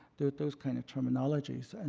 those kind of terminologies. and